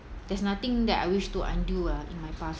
there's nothing that I wish to undo uh in my past